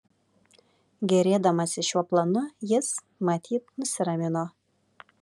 gėrėdamasis šiuo planu jis matyt nusiramino